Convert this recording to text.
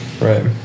right